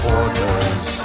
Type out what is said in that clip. orders